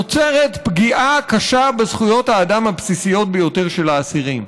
נוצרת פגיעה קשה בזכויות האדם הבסיסיות ביותר של האסירים,